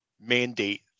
mandate